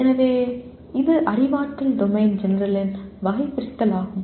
எனவே இது அறிவாற்றல் டொமைன் ஜெனரலின் வகைபிரித்தல் ஆகும்